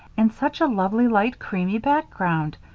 and such a lovely, light, creamy background.